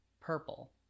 Purple